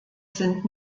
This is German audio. sind